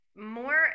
more